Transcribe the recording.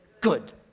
good